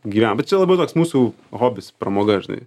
gyvenam čia labai toks mūsų hobis pramoga žinai